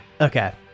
Okay